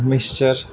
ਮਿਸ਼ਚਰ